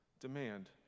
demand